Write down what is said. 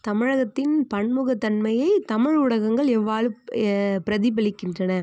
தமிழகத்தின் பன்முகத்தன்மையை தமிழ் ஊடகங்கள் எவ்வாறு பிரதிபலிக்கின்றன